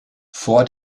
vor